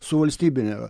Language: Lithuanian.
su valstybine